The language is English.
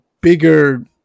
bigger